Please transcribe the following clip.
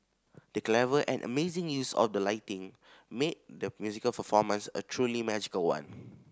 the clever and amazing use of the lighting made the musical performance a truly magical one